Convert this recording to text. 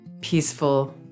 peaceful